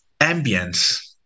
ambience